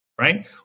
right